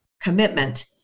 commitment